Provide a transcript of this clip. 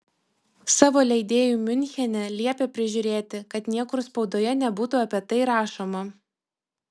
savo leidėjui miunchene liepė prižiūrėti kad niekur spaudoje nebūtų apie tai rašoma